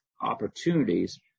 opportunities